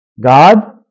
God